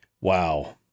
wow